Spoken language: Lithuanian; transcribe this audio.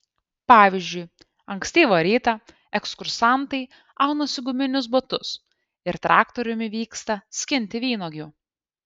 pavyzdžiui ankstyvą rytą ekskursantai aunasi guminius batus ir traktoriumi vyksta skinti vynuogių